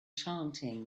chanting